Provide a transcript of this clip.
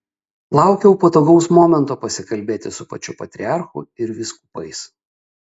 laukiau patogaus momento pasikalbėti su pačiu patriarchu ir vyskupais